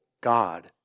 God